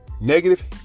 Negative